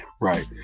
Right